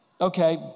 okay